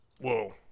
Whoa